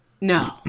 No